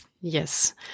Yes